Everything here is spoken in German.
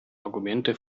argumente